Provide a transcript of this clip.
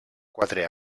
quatre